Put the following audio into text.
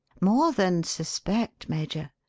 more than suspect, major.